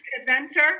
adventure